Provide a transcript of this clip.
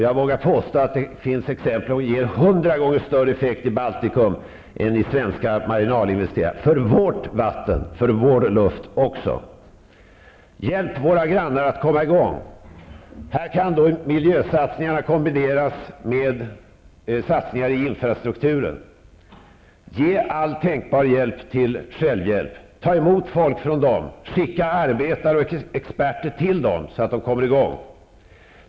Jag vågar påstå att det finns exempel på att de ger hundra gånger större effekt i Baltikum än i svenska marginalinvesteringar -- för vårt vatten och vår luft också. Hjälp våra grannar att komma i gång! Här kan miljösatsningarna kombineras med satsningar i infrastrukturen. Ge all tänkbar hjälp till självhjälp! Ta emot folk från dessa områden! Skicka arbetare och experter till dem, så att de kommer i gång!